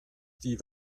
die